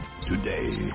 today